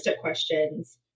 questions